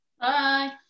Bye